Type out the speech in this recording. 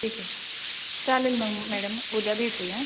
ठीक आहे चालेल मग मॅडम उद्या भेटूया